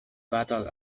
battle